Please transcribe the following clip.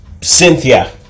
Cynthia